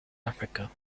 africa